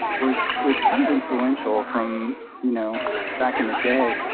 was was kind of influential from you know back in the day.